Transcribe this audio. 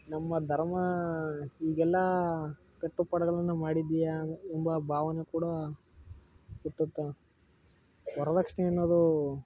ನಮ್ಮ ಧರ್ಮ ಈಗೆಲ್ಲಾ ಕಟ್ಟುಪಾಡುಗಳನ್ನು ಮಾಡಿದೆಯಾ ಎಂಬ ಭಾವನೆ ಕೂಡಾ ಹುಟ್ಟುತ್ತಾ ವರ್ದಕ್ಷಿಣೆ ಅನ್ನೋದು